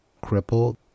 crippled